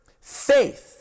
Faith